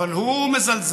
אבל הוא מזלזל.